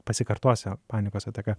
pasikartos panikos ataka